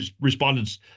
respondents